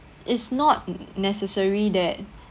it's not necessary that